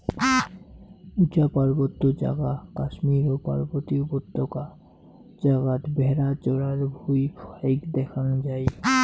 উচা পার্বত্য জাগা কাশ্মীর ও পার্বতী উপত্যকা জাগাত ভ্যাড়া চরার ভুঁই ফাইক দ্যাখ্যাং যাই